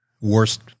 worst